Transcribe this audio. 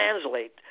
translate